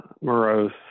morose